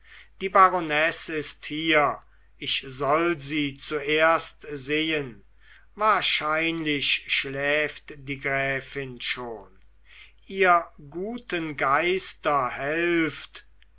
die baronesse ist hier ich soll sie zuerst sehen wahrscheinlich schläft die gräfin schon ihr guten geister helft